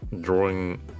drawing